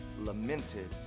lamented